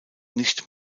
nicht